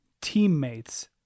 teammates